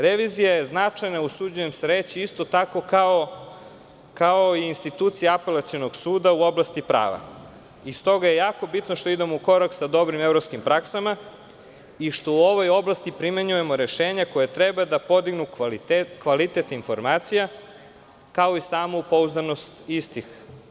Revizija je značajna isto tako kao i institucija Apelacionog suda u oblasti prava i stoga je jako bitno što idemo u korak sa dobrim evropskim praksama i što u ovoj oblasti primenjujemo rešenja koja treba da podignu kvalitet informacija, kao i samu pouzdanost istih.